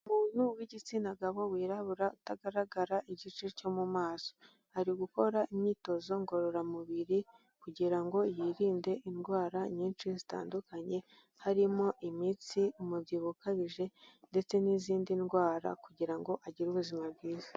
Umuntu w'igitsina gabo wirabura utagaragara igice cyo mu maso, ari gukora imyitozo ngororamubiri, kugira ngo yirinde indwara nyinshi zitandukanye, harimo imitsi, umubyibuho ukabije, ndetse n'izindi ndwara kugira ngo agire ubuzima bwiza.